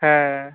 হ্যাঁ